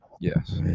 yes